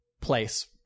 place